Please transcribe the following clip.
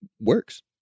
works